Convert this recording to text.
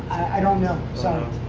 i don't know, sorry.